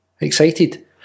Excited